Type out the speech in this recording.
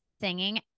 singing